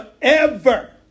forever